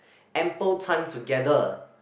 ample time together